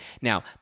Now